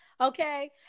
Okay